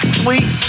sweet